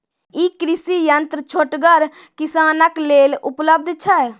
ई कृषि यंत्र छोटगर किसानक लेल उपलव्ध छै?